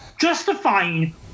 justifying